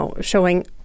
showing